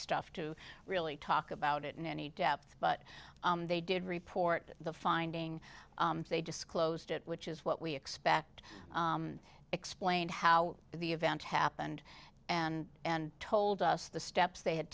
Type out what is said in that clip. stuff to really talk about it in any depth but they did report the finding they disclosed it which is what we expect explained how the event happened and and told us the steps they had